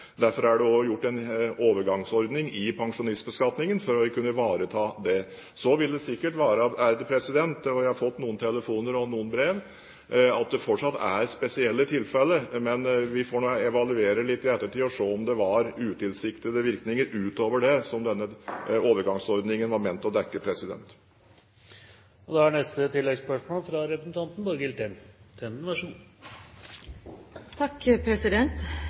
Derfor er det også en overgangsordning i pensjonistbeskatningen for å kunne ivareta det. Så vil det sikkert være slik – og jeg har fått noen telefoner og noen brev – at det fortsatt er spesielle tilfeller. Men vi får nå evaluere litt i ettertid og se om det er utilsiktede virkninger utover det som denne overgangsordningen var ment å dekke. Borghild Tenden – til oppfølgingsspørsmål. Venstre og regjeringspartiene er